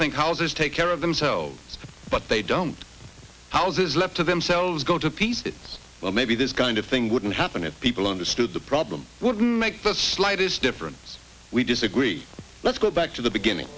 think houses take care of themselves but they don't house is left to themselves go to pieces well maybe this kind of thing wouldn't happen if people understood the problem wouldn't make the slightest difference we disagree let's go back to the beginning